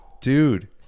dude